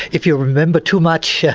if you remember too much,